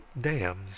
dams